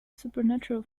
supernatural